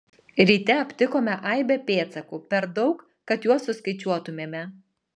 ryte aptikome aibę pėdsakų per daug kad juos suskaičiuotumėme